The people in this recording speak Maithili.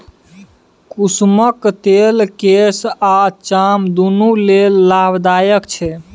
कुसुमक तेल केस आ चाम दुनु लेल लाभदायक छै